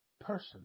person